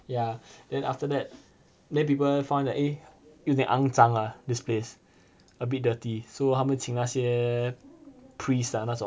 ya then after that then people found that eh 有点肮脏 lah this place a bit dirty so 他们请那些 priests lah 那种